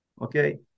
Okay